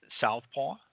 southpaw